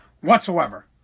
whatsoever